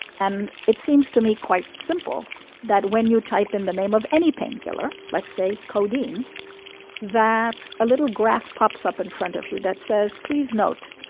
and it seems, to me, quite simple that when you type in the name of any pain killer let's say codeine that a little graph pops up in front of you that says, please note,